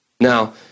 Now